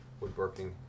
woodworking